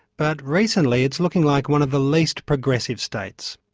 but recently it's looking like one of the least progressive states.